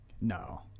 No